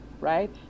right